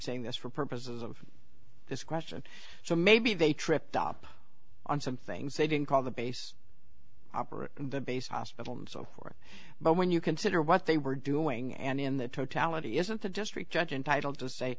saying this for purposes of this question so maybe they tripped up on some things they didn't call the base operator the base hospital and so forth but when you consider what they were doing and in the totality isn't the district judge entitled to say